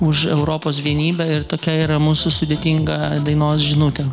už europos vienybę ir tokia yra mūsų sudėtinga dainos žinutė